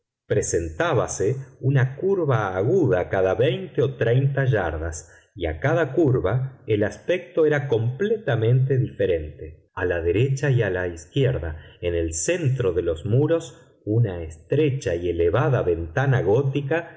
tiempo presentábase una curva aguda cada veinte o treinta yardas y a cada curva el aspecto era completamente diferente a la derecha y a la izquierda en el centro de los muros una estrecha y elevada ventana gótica